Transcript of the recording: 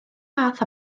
fath